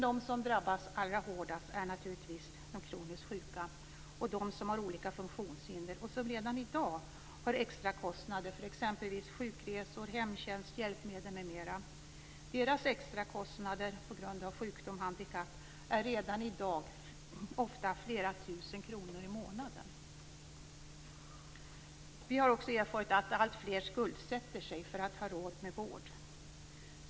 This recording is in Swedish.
De som drabbas allra hårdast är naturligtvis de kroniskt sjuka och de som har olika funktionshinder och som redan i dag har extrakostnader för exempelvis sjukresor, hemtjänst och hjälpmedel. De har på grund av sjukdom och handikapp redan i dag ofta extrakostnader på flera tusen kronor i månaden. Vi har också erfarit att alltfler skuldsätter sig för att ha råd med vård.